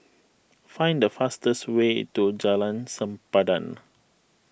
find the fastest way to Jalan Sempadan